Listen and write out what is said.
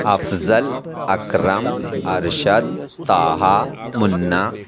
Afzal Akram Arshad Taha Munna